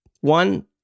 one